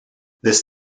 this